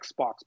Xbox